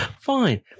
Fine